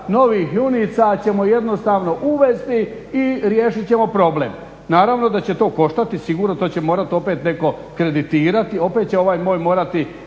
novih junica ćemo jednostavno uvesti i riješit ćemo problem. Naravno da će to koštati, sigurno to će morati opet netko kreditirati, opet će ovaj moj morati